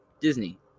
Disney